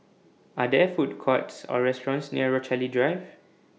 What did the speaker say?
Are There Food Courts Or restaurants near Rochalie Drive